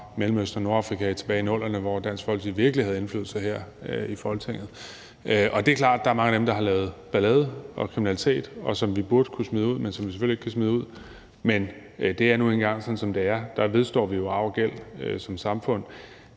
Mellemøsten og Nordafrika, og det var tilbage i 00'erne, hvor Dansk Folkeparti virkelig havde indflydelse her i Folketinget. Det er klart, at der er mange af dem, der har lavet ballade og kriminalitet, og som vi burde kunne smide ud, men som vi selvfølgelig ikke kan smide ud. Men det er nu engang sådan, som det er. Der vedgår vi jo arv og gæld som samfund.